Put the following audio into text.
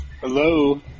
hello